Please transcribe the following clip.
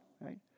right